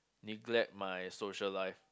neglect my social life